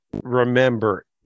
remember